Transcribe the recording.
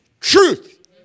truth